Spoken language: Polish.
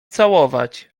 całować